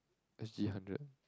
S_G hundred